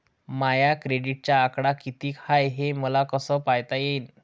माया क्रेडिटचा आकडा कितीक हाय हे मले कस पायता येईन?